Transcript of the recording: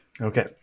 Okay